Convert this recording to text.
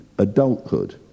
Adulthood